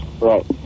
Right